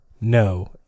no